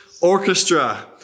Orchestra